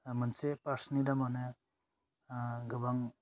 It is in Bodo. मोनसे फार्सनि दामानाे गोबां